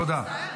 תודה.